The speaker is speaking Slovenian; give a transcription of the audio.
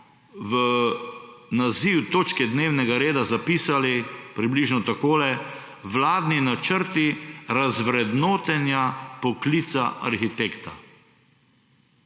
v naziv točke dnevnega reda zapisali približno takole: Vladni načrti razvrednotenja poklica arhitekta.